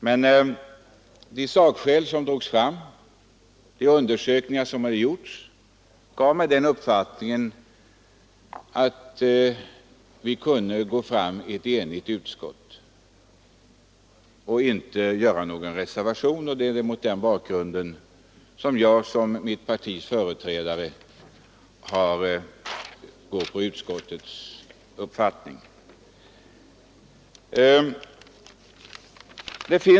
Men de sakskäl som drogs fram och de undersökningar som redovisades gav mig den uppfattningen att vi kunde gå fram med ett enhälligt utskottsbetänkande och inte avge någon reservation. Det är mot den bakgrunden som jag som mitt partis företrädare har anslutit mig till övriga utskottsledamöters uppfattning.